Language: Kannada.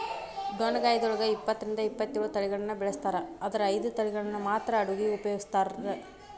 ಡೊಣ್ಣಗಾಯಿದೊಳಗ ಇಪ್ಪತ್ತರಿಂದ ಇಪ್ಪತ್ತೇಳು ತಳಿಗಳನ್ನ ಬೆಳಿಸ್ತಾರ ಆದರ ಐದು ತಳಿಗಳನ್ನ ಮಾತ್ರ ಅಡುಗಿಗ ಉಪಯೋಗಿಸ್ತ್ರಾರ